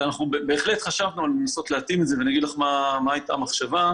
ואנחנו בהחלט חשבנו לנסות להתאים את זה ואני אומר לך מה הייתה המחשבה,